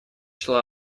шла